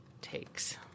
takes